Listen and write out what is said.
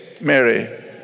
Mary